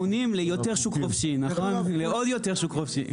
עם תיקונים לעוד יותר שוק חופשי.